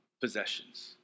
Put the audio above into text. possessions